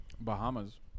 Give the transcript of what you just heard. Bahamas